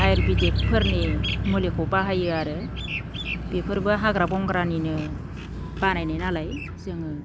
आयुरवेडिकफोरनि मुलिखौ बाहायो आरो बेफोरबो हाग्रा बंग्रानिनो बानायनायनालाय जोङो